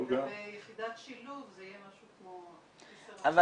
ביחידת שילוב זה יהיה משהו כמו 10% -- אבל